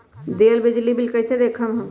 दियल बिजली बिल कइसे देखम हम?